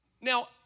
Now